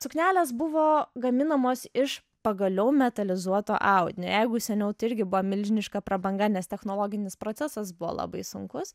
suknelės buvo gaminamos iš pagaliau metalizuoto audinio jeigu seniau tai irgi buvo milžiniška prabanga nes technologinis procesas buvo labai sunkus